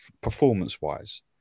performance-wise